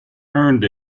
earned